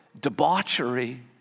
debauchery